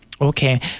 Okay